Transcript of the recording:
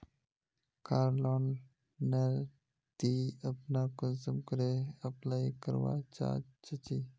कार loan नेर ती अपना कुंसम करे अप्लाई करवा चाँ चची?